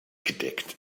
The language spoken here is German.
gedeckt